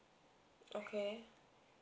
okay